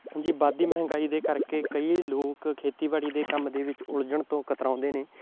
ਹਾਂਜੀ ਵੱਧਦੀ ਮਹਿੰਗਾਈ ਦੇ ਕਰਕੇ ਕਈ ਲੋਕ ਖੇਤੀਬਾੜੀ ਦੇ ਕੰਮ ਦੇ ਵਿੱਚ ਉਲਝਣ ਤੋਂ ਕਤਰਾਉਂਦੇ ਨੇ